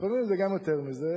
לפעמים זה גם יותר מזה.